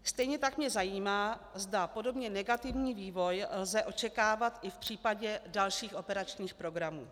Stejně tak mě zajímá, zda podobně negativní vývoj lze očekávat i v případě dalších operačních programu.